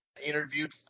interviewed